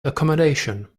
accommodation